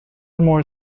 more